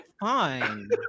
fine